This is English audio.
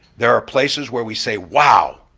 there are places where we say, wow!